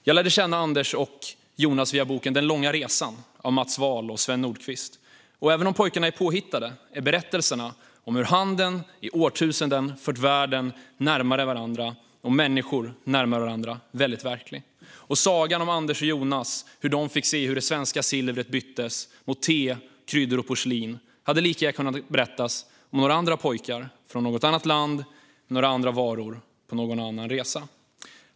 Jag lärde känna Anders och Jonas via boken Den långa resan av Mats Wahl och Sven Nordqvist, och även om pojkarna är påhittade är berättelserna om hur handeln i årtusenden fört världen samman och människor närmare varandra väldigt verklig. Sagan om Anders och Jonas och hur de fick se det svenska silvret bytas mot te, kryddor och porslin hade lika gärna kunnat berättas om några andra pojkar från något annat land, eller om några andra varor och någon annan resa.